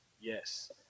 yes